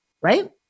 right